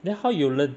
then how you learn